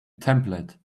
template